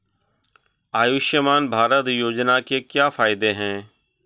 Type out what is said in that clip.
आयुष्मान भारत योजना के क्या फायदे हैं?